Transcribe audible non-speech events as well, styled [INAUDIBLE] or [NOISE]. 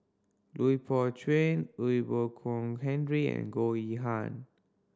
Lui Pao Chuen [UNINTELLIGIBLE] Boon Kong Henry and Goh Yihan